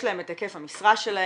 יש להם את היקף המשרה שלהם,